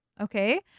Okay